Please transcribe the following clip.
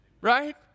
right